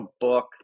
book